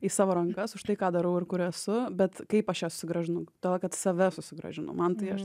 į savo rankas už tai ką darau ir kur esu bet kaip aš ją sugrąžinu todėl kad save sugrąžinu man tai aš